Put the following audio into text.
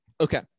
Okay